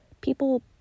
People